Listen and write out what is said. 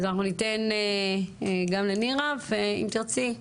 אז אנחנו ניתן גם לנירה ואם תרצי,